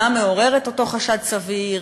מה מעורר את אותו חשד סביר?